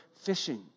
fishing